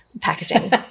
packaging